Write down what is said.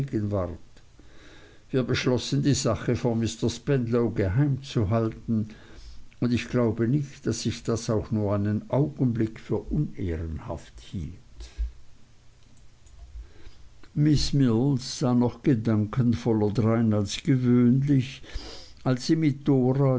wir beschlossen die sache vor mr spenlow geheimzuhalten und ich glaube nicht daß ich das auch nur einen augenblick für unehrenhaft hielt miß mills sah noch gedankenvoller drein als gewöhnlich als sie mit dora